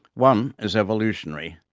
one is evolutionary.